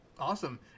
Awesome